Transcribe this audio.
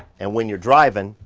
and when you're driving,